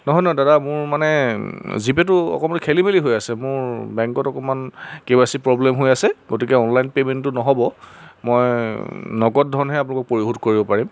নহয় নহয় দাদা মোৰ মানে জি পে'টো অকণমান খেলিমেলি হৈ আছে মোৰ বেংকত অকণমান কে ৱাই চি প্ৰব্লেম হৈ আছে গতিকে অনলাইন পে'মেণ্টটো নহ'ব মই নগদ ধৰণে আপোনালোকক পৰিশোধ কৰিব পাৰিম